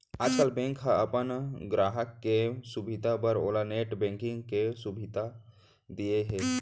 आजकाल बेंक ह अपन गराहक के सुभीता बर ओला नेट बेंकिंग के सुभीता दिये हे